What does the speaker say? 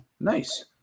Nice